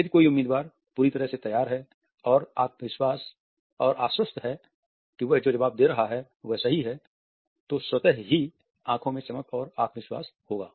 यदि कोई उम्मीदवार पूरी तरह से तैयार है और आश्वस्त है कि वह जो जवाब दे रहा है वह सही है तो स्वतः ही आंखों में चमक और आत्मविश्वास होगा